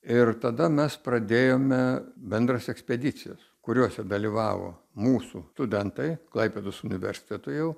ir tada mes pradėjome bendras ekspedicijas kuriose dalyvavo mūsų studentai klaipėdos universiteto jau